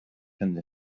hynny